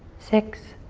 six,